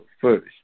first